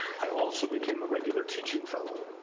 i also became a regular teaching fellow,